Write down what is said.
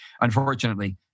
unfortunately